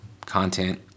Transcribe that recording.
content